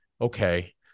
okay